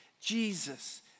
Jesus